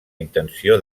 intenció